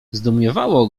zdumiewało